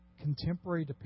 contemporary